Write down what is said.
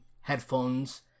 headphones